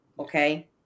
okay